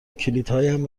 کلیدهایم